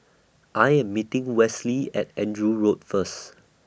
I Am meeting Westley At Andrew Road First